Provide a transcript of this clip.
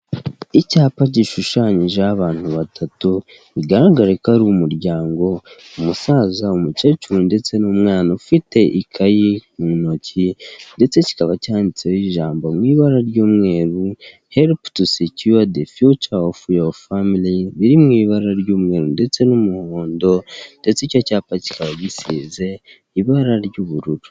Icyapa gishushanyijeho abantu batatu bugaragara ko ari umuryango umusaza, umukecuru ndetse n'umwana ufite ikayi mu ntoki, ndetse kikaba cyanditseho ijambo mu ibara ry'umweru helipu tu secyuwa de fiyuca ofu yuwa famili biri mu ibara ry'umweru, ndetse n'umuhondo ndetse icyo cyapa kikaba gisize ibara ry'ubururu.